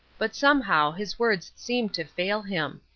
but somehow his words seemed to fail him.